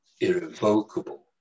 irrevocable